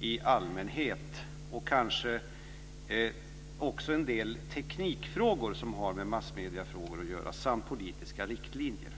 i allmänhet, kanske också om en del teknikfrågor som har med massmediefrågor att göra samt om politiska riktlinjer.